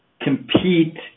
compete